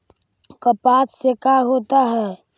कपास से का होता है?